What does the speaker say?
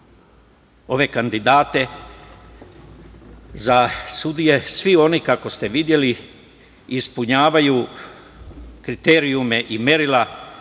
ove kandidate za sudije. Svi oni kako ste videli ispunjavaju kriterijume i merila